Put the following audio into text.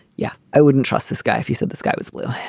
yeah, i wouldn't trust this guy if he said the sky was blue.